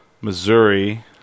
Missouri